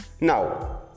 Now